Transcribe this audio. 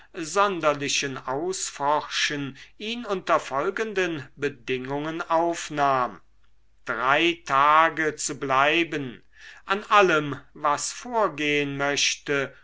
sonderlichen ausforschen ihn unter folgenden bedingungen aufnahm drei tage zu bleiben an allem was vorgehen möchte